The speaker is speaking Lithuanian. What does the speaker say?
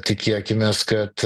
tikėkimės kad